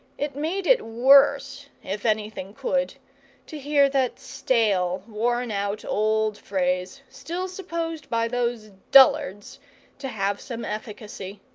it made it worse if anything could to hear that stale, worn-out old phrase, still supposed by those dullards to have some efficacy.